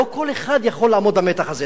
לא כל אחד יכול לעמוד במתח הזה.